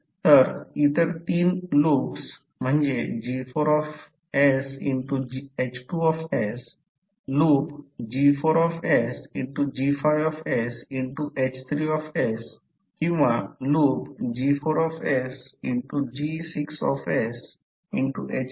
तर इतर 3 loop G4sH2 loop G4sG5sH3किंवा लूप G4sG6sH3